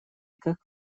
как